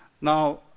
Now